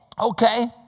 Okay